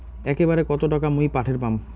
একবারে কত টাকা মুই পাঠের পাম?